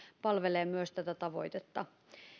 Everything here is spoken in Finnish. palvelee myös tätä tavoitetta